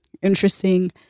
interesting